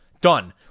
Done